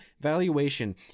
valuation